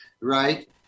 right